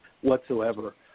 whatsoever